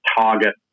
target